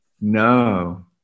No